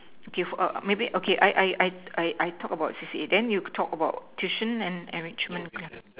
okay for maybe okay I I I I talk about C_C_A then you talk about tuition and enrichment